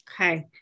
okay